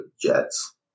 jets